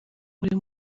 buri